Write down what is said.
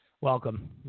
welcome